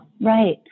right